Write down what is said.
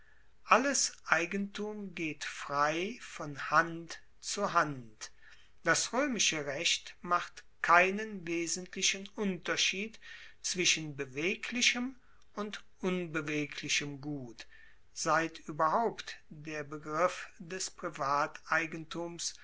alles eigentum geht frei von hand zu hand das roemische recht macht keinen wesentlichen unterschied zwischen beweglichem und unbeweglichem gut seit ueberhaupt der begriff des privateigentums